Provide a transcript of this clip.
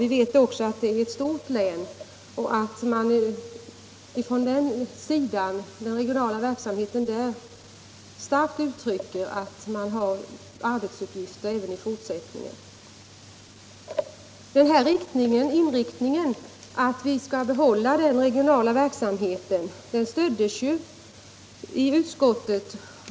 Vi vet att det är ett stort län och att de som bedriver den regionala konsumentpolitiska verksamheten där starkt understryker att det kommer att finnas arbetsuppgifter för dem även i fortsättningen. Inriktningen att vi bör behålla den regionala konsumentpolitiska verksamheten fick ju stöd i utskottet.